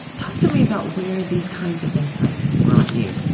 talk to me about where these kinds of insights have brought you.